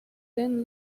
then